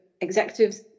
executives